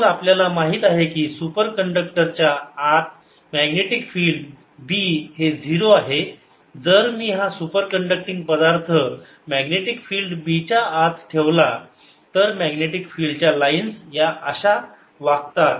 तर आपल्याला माहित आहे की सुपर कंडक्टर च्या आत मॅग्नेटिक फिल्ड B हे 0 आहे जर मी हा सुपर कण्डक्टींग पदार्थ मॅग्नेटिक फिल्ड B च्या आत ठेवला तर मॅग्नेटिक फिल्ड च्या लाइन्स या अशा वागतात